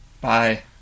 Bye